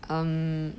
um